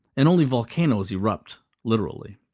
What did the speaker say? and only volcanoes erupt, literally.